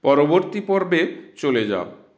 পরবর্তী পর্বে চলে যা